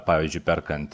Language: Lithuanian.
pavyzdžiui perkant